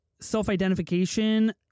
self-identification